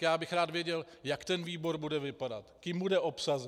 Já bych rád věděl, jak výbor bude vypadat, kým bude obsazen.